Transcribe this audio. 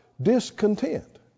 Discontent